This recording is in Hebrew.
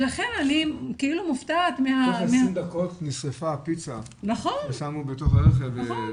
לכן אני מופתעת --- תוך 20 דקות נשרפה פיצה ששמו בתוך רכב.